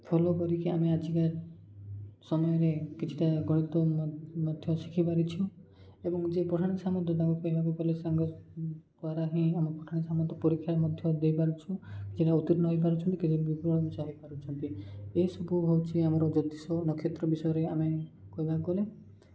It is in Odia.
ଫଲୋ କରିକି ଆମେ ଆଜିକା ସମୟରେ କିଛିଟା ଗଣିତ ମଧ୍ୟ ଶିଖି ପାରିଛୁ ଏବଂ ଯିଏ ପଠାଣି ସାମନ୍ତ ତାଙ୍କୁ କହିବାକୁ ଗଲେ ସାଙ୍ଗ ଦ୍ୱାରା ହିଁ ଆମ ପଠାଣି ସାମନ୍ତ ପରୀକ୍ଷା ମଧ୍ୟ ଦେଇପାରୁଛୁ କିଛିଟା ଉତୀର୍ଣ୍ଣ ହେଇପାରୁଛନ୍ତି କିଛି ବିଫଳ ମିଶା ହେଇପାରୁଛନ୍ତି ଏସବୁ ହେଉଛି ଆମର ଜ୍ୟୋତିଷ ନକ୍ଷତ୍ର ବିଷୟରେ ଆମେ କହିବାକୁ ଗଲେ